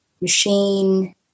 machine